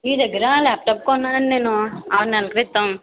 మీ దగ్గర ల్యాప్టాప్ కొన్నాను అండి నేను ఆరు నెలల క్రితం